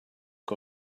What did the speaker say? que